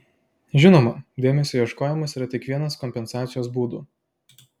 žinoma dėmesio ieškojimas yra tik vienas kompensacijos būdų